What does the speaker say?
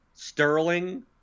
Sterling